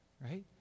right